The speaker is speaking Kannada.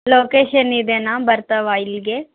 ಲೊಕೇಷನ್ ಇದೆಯಾ ಬರ್ತಾವಾ ಇಲ್ಲಿಗೇ